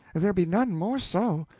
there be none more so.